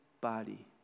body